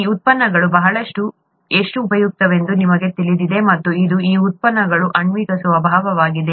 ಈ ಉತ್ಪನ್ನಗಳು ಎಷ್ಟು ಉಪಯುಕ್ತವೆಂದು ನಿಮಗೆ ತಿಳಿದಿದೆ ಮತ್ತು ಇದು ಈ ಉತ್ಪನ್ನಗಳ ಆಣ್ವಿಕ ಸ್ವಭಾವವಾಗಿದೆ